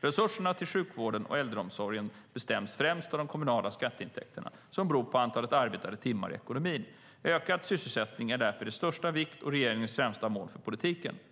Resurserna till sjukvården och äldreomsorgen bestäms främst av de kommunala skatteintäkterna, som beror på antalet arbetade timmar i ekonomin. Ökad sysselsättning är därför av största vikt och regeringens främsta mål för politiken.